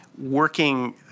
working